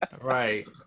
right